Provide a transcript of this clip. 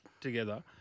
together